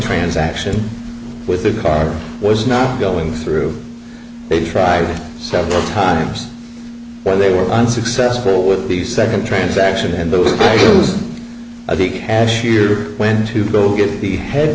transaction with the card was not going through they tried several times where they were unsuccessful with the second transaction and those of the cashier went to bill gives the head